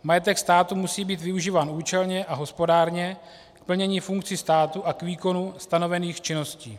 Majetek státu musí být využíván účelně a hospodárně, k plnění funkcí státu a k výkonu stanovených činností.